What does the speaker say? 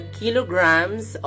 kilograms